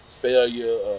failure